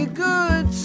good